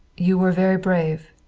you were very brave.